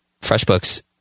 FreshBooks